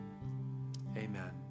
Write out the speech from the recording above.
amen